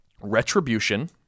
Retribution